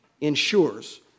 ensures